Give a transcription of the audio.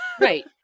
Right